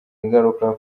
ingaruka